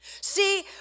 See